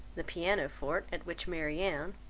the pianoforte at which marianne,